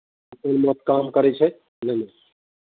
ओहिमे काम करै छै ह्म्म